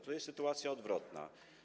Tu jest sytuacja odwrotna.